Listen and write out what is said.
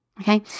okay